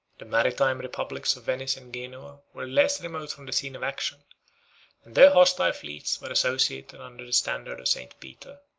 the maritime republics of venice and genoa were less remote from the scene of action and their hostile fleets were associated under the standard of st. peter.